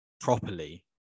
properly